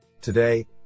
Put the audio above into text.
Today